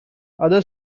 other